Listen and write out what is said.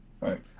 Right